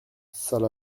sale